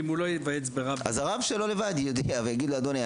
ואם הוא לא ייוועץ ברב --- אז הרב שלו לבד יגיד לו: אדוני,